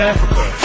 Africa